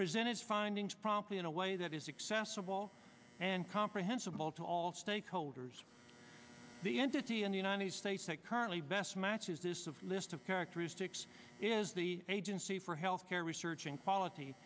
present its findings promptly in a way that is accessible and comprehensible to all stakeholders the entity in the united states that currently best matches this of list of characteristics is the agency for health care researching